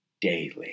daily